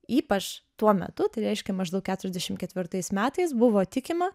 ypač tuo metu tai reiškia maždaug keturiasdešim ketvirtais metais buvo tikima